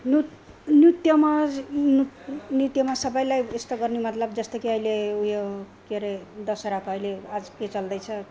नुत नृत्यमा नृत्यमा सबैलाई यस्तो गर्नु मतलब जस्तो कि अहिले उयो के रे दसेराको अहिले आज के चल्दैछ